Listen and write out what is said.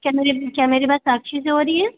क्या मेरी क्या मेरी बात साक्षी से हो रही है